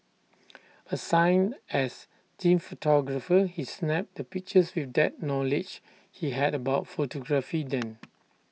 assigned as team photographer he snapped the pictures with that knowledge he had about photography then